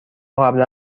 قبلا